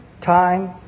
time